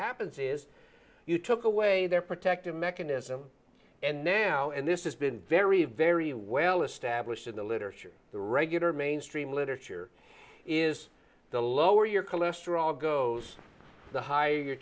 happens is you took away their protective mechanism and now and this has been very very well established in the literature the regular mainstream literature is the lower your cholesterol goes the higher your